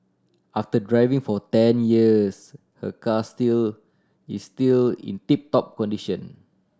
after driving for ten years her car still is still in tip top condition